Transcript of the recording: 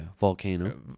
volcano